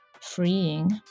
freeing